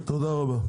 תודה רבה.